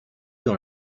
dans